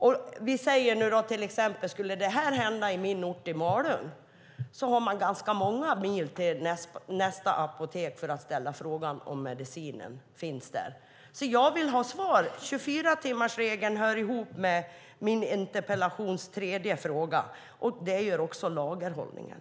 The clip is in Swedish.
Om det skulle hända i till exempel min hemort Malung har man ganska många mil till nästa apotek för att ställa frågan om medicinen finns där. Jag vill ha svar. Frågan om 24-timmarsregeln hör ihop med min interpellations tredje fråga, och det gör också frågan om lagerhållningen.